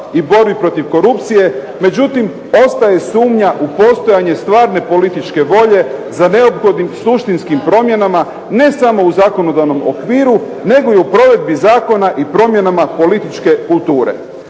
i borbi protiv korupcije, međutim ostaje sumnja u postojanje stvarne političke volje za neophodnih suštinskim promjenama, ne samo u zakonodavnom okviru nego i u provedbi zakona i promjenama političke kulture.